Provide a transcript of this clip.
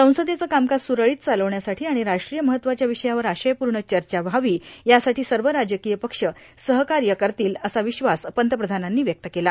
संसदेचं कामकाज सुरळीत चालवण्यासाठी आणि राष्ट्रीय महत्त्वाच्या विषयावर आशयपूर्ण चर्चा व्हावी यासाठी सर्व राजक्रीय पब सहकार्य करतील असा विश्वास पंतप्रधानांनी व्यक्त केला